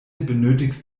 benötigst